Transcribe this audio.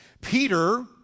Peter